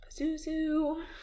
Zuzu